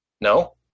No